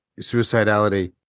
suicidality